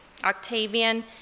Octavian